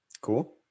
Cool